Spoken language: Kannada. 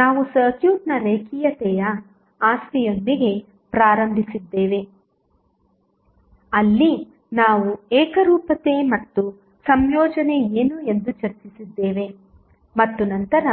ನಾವು ಸರ್ಕ್ಯೂಟ್ನ ರೇಖೀಯತೆಯ ಆಸ್ತಿಯೊಂದಿಗೆ ಪ್ರಾರಂಭಿಸಿದ್ದೇವೆ ಅಲ್ಲಿ ನಾವು ಏಕರೂಪತೆ ಮತ್ತು ಸಂಯೋಜನೆ ಏನು ಎಂದು ಚರ್ಚಿಸಿದ್ದೇವೆ ಮತ್ತು ನಂತರ